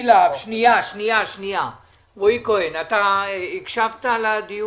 להם את הסמכות,